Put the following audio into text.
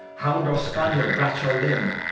hound or spaniel, brach or lym,